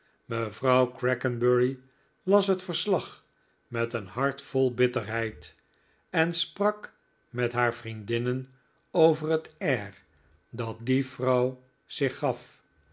mevrouw crackenbury las het verslag met een hart vol bitterheid en sprak met haar vriendinnen over het air dat die vrouw zich gaf